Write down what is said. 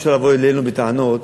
שאפשר לבוא אלינו בטענות